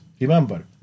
Remember